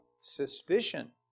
suspicion